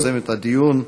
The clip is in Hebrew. יוזמת הדיון,